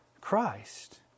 Christ